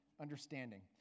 Understanding